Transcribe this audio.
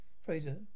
Fraser